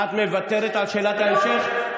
את מוותרת על שאלת ההמשך?